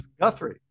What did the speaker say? Guthrie